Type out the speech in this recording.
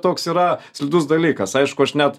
toks yra slidus dalykas aišku aš net